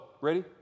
ready